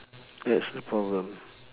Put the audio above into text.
that's the problem